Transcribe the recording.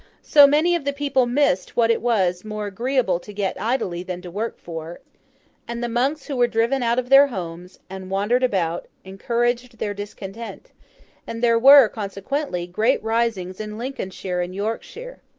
so, many of the people missed what it was more agreeable to get idly than to work for and the monks who were driven out of their homes and wandered about encouraged their discontent and there were, consequently, great risings in lincolnshire and yorkshire.